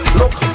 look